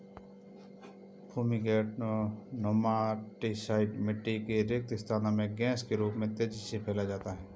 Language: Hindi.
फूमीगेंट नेमाटीसाइड मिटटी में रिक्त स्थान में गैस के रूप में तेजी से फैलाया जाता है